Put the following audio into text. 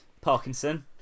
Parkinson